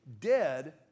dead